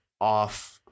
off